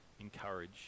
encourage